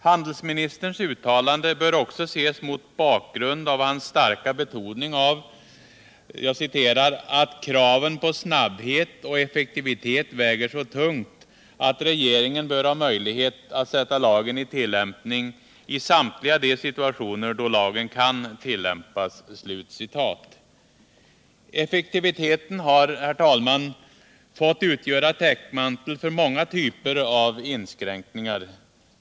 Handelsministerns uttalande bör också ses mot bakgrund av hans starka betoning av ”att kraven på snabbhet och effektivitet väger så tungt att regeringen bör ha möjlighet att sätta lagen i tillämpning i samtliga de situationer då lagen kan tillämpas.” Effektiviteten har, herr talman, fått utgöra täckmantel för många typer av inskränkningar.